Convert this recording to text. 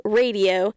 radio